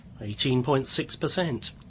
18.6%